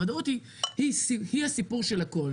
האי ודאות היא הסיפור של הכול.